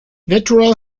natural